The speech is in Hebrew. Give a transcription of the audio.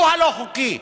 הוא הלא-חוקי.